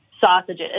sausages